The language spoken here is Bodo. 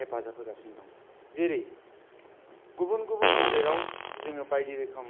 हेफाजाब होगासिनो दं जेरै गुबुन गुबुन हादोराव जोङो बायदि रोखोम